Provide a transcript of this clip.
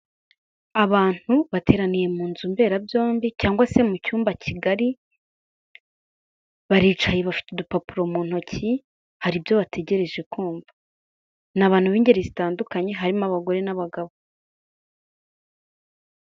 Abantu bateraniye mu nzu mberabyombi cyangwa se mu cyumba kigari, baricaye bafite udupapuro mu ntoki, hari ibyo bategereje kumva, ni abantu b'ingeri zitandukanye, harimo abagore n'abagabo.